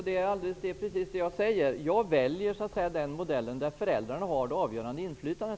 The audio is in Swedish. Herr talman! Det är precis det jag säger: Jag väljer den modell som innebär att föräldrarna har ett avgörande inflytande.